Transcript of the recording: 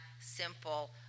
simple